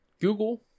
Google